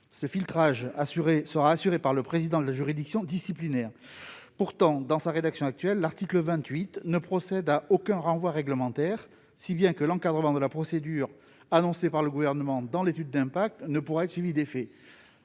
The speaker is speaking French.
ce filtrage sera assuré par le président de la juridiction disciplinaire. Pourtant, dans sa rédaction actuelle, l'article 28 ne procède à aucun renvoi réglementaire, si bien que l'encadrement de la procédure annoncé par le Gouvernement dans l'étude d'impact ne pourra être suivi d'effet.